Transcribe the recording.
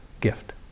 gift